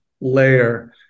layer